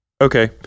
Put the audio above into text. Okay